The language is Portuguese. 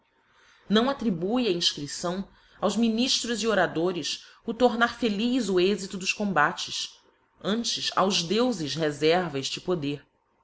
não attribue a infcripção aos miniftros e oradores o tomar feliz o êxito dos combates antes aos deufes referva efte poder